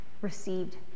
received